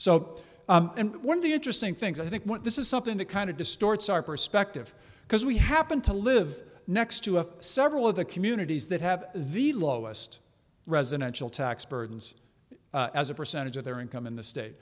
so one of the interesting things i think what this is something that kind of distorts our perspective because we happen to live next to a several of the communities that have the lowest residential tax burdens as a percentage of their income in the state